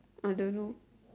I don't know